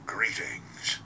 Greetings